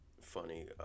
funny